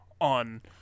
on